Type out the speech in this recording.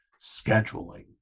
scheduling